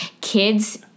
kids